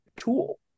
tool